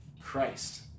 Christ